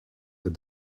that